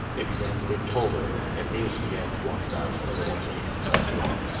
it began to get colder, and niels began to walk about a little to keep himself warm.